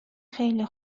خیلی